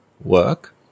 work